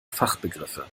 fachbegriffe